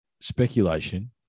speculation